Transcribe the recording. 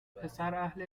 پسراهل